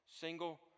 single